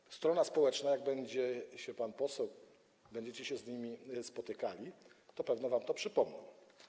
I strona społeczna, jak będzie się pan poseł, jak będziecie się z nią spotykali, to pewnie wam to przypomni.